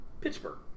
Pittsburgh